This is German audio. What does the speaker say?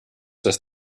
das